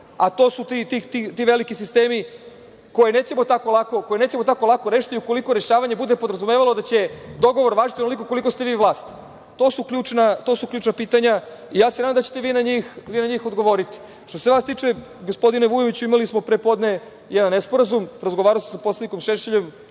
To su ti veliki sistemi koje nećemo tako lako rešiti ukoliko rešavanje bude podrazumevalo da će dogovor važiti onoliko koliko ste vi vlast. To su ključna pitanja i ja se nadam da ćete vi na njih odgovoriti. Što se vas tiče, gospodine Vujoviću, imali smo prepodne jedan nesporazum. Razgovarao sam sa poslanikom Šešeljem,